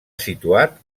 situat